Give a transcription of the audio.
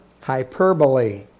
hyperbole